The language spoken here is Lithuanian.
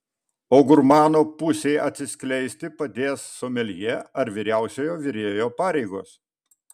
o gurmano pusei atsiskleisti padės someljė ar vyriausiojo virėjo pareigos